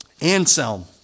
Anselm